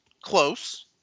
Close